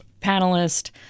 panelist